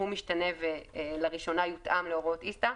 הוא משתנה ולראשונה יותאם להוראות ISTA,